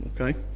Okay